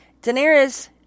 Daenerys